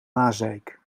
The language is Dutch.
maaseik